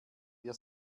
wir